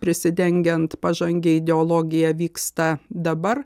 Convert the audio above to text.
prisidengiant pažangia ideologija vyksta dabar